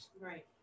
Right